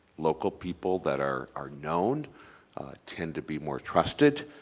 local people that are are known tend to be more trusted,